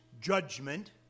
judgment